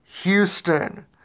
Houston